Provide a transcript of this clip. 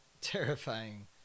terrifying